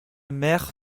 mère